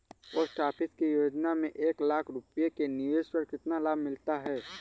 Post office की योजना में एक लाख रूपए के निवेश पर कितना लाभ मिलता है?